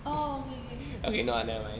orh okay okay